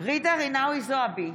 ג'ידא רינאוי זועבי,